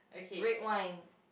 red wine